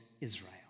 Israel